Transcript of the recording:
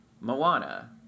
Moana